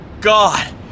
God